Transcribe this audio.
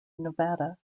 nevada